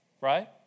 right